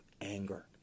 anger